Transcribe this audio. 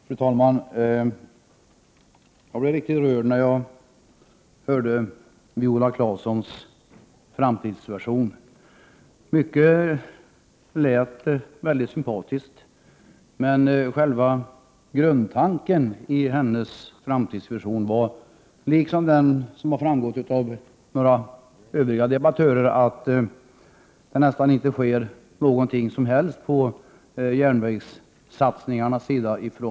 Fru talman! Jag blev riktigt rörd när jag hörde Viola Claessons framtidsversion. Mycket lät sympatiskt. Men själva grundtanken i hennes framtidsvision, liksom den som har framgått av några övriga debattörers inlägg, var att det nästan inte sker något som helst från regeringen på järnvägssatsningarnas sida.